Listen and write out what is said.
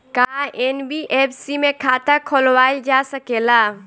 का एन.बी.एफ.सी में खाता खोलवाईल जा सकेला?